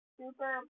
super